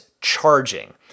charging